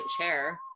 chair